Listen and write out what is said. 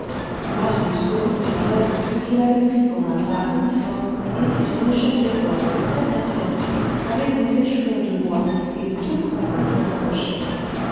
marius reconnut alors que ce qu'il avait pris pour un tas informe était une échelle de corde très bien faite avec des échelons de bois et deux crampons pour l'accrocher